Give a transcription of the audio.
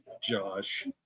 Josh